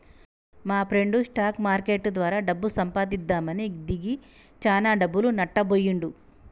మాప్రెండు stock market ద్వారా డబ్బు సంపాదిద్దామని దిగి చానా డబ్బులు నట్టబొయ్యిండు